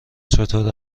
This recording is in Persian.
چطور